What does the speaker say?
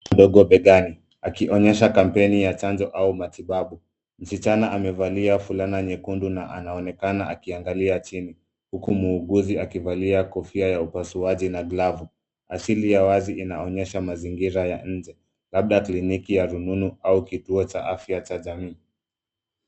Anadungwa begani akionyesha kampeni ya chanjo au matibabu. Msichana amevalia fulana nyekundu na anaonekana akiangalia chini, huku muuguzi akivalia kofia ya upasuaji na glavu. Asili ya wazi inaonyesha mazingira ya nje, labda kliniki ya rununu au kituo cha afya cha jamii.